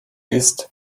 ist